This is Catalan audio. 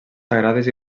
sagrades